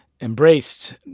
embraced